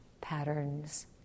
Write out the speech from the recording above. patterns